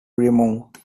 remote